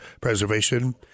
Preservation